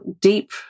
deep